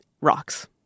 rocks